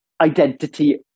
identity